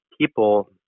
people